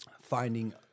finding